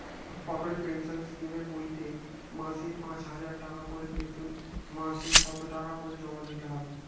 অটল pension স্কিমের বইতে মাসে পাঁচ হাজার টাকা করে পেতে মাসে কত টাকা করে জমা দিতে হবে?